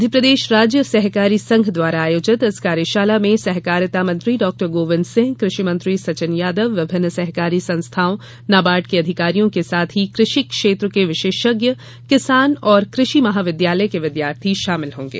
मध्यप्रदेश राज्य सहकारी संघ द्वारा आयोजित इस कार्यशाला में सहकारिता मंत्री डॉक्टर गोविंद सिंह कृषि मंत्री सचिन यादव विभिन्न सहकारी संस्थाओं नाबार्ड के अधिकारियों के साथ ही कृषि क्षेत्र के विशेषज्ञ किसान और कृषि महाविद्यालय के विद्यार्थी शामिल होंगे